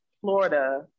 Florida